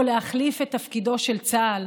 או להחליף את תפקידו של צה"ל".